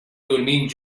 dormint